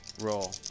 Roll